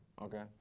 Okay